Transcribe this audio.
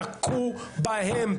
תכו בהם,